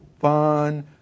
fun